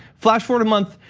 flash forward a month,